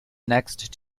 next